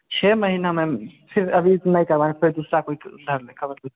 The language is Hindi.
छः महिना मैम फिर अभी नहीं करवाएँगे फिर दूसरा कोई में ख़बर